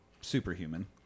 superhuman